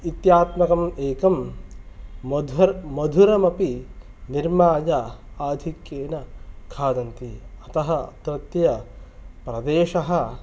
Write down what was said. इत्यात्मकम् एकं मधु मधुरमपि निर्माय आधिक्येन खादन्ति अतः अत्रत्यप्रदेशः